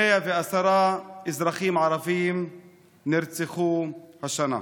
110 אזרחים ערבים נרצחו השנה.